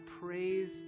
praise